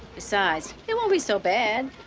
besides, it won't be so bad.